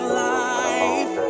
life